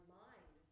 mind